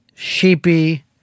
Sheepy